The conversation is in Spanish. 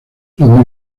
los